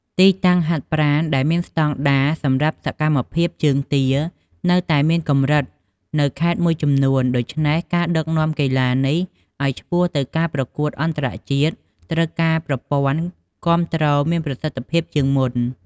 ទីតាំងហាត់ប្រាណដែលមានស្តង់ដារសម្រាប់សកម្មភាពជើងទានៅតែមានកម្រិតនៅខេត្តមួយចំនួន ដូច្នេះការដឹកនាំកីឡានេះឲ្យឆ្ពោះទៅការប្រកួតអន្តរជាតិ ត្រូវការប្រព័ន្ធគាំទ្រមានប្រសិទ្ធិភាពជាងមុន។